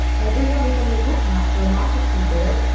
everyone is on the lookout for a migratory bird,